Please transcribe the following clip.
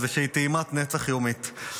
איזה טעימת נצח יומית.